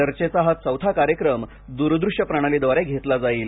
चर्चेचा हा चौथा कार्यक्रम द्रदृश्य प्रणालीद्वारे घेतला जाईल